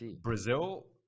Brazil